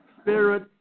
spirit